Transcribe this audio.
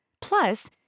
Plus